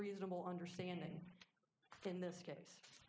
reasonable understanding in this case